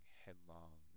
headlong